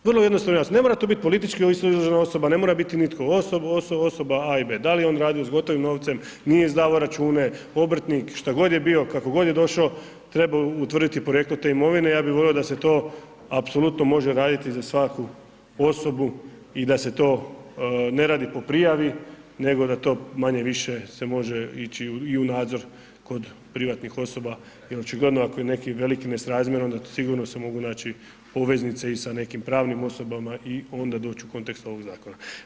Vrlo jednostavno, ne mora to biti politički izložena osoba, ne mora biti nitko osoba A i B, da li je on radio s gotovim novcem, nije izdavao račune, obrtnik, šta god je bio, kako god je došao, treba utvrditi porijeklo te imovine, ja bi volio da se to apsolutno može raditi za svaku osobu i da se to ne radi po prijavi, nego da to manje-više se može ići i u nadzor kod privatnih osoba jer očigledno ako je neki veliki nesrazmjer onda to sigurno se mogu naći poveznice i sa nekim pravnim osobama i onda doći u kontekst ovog zakona.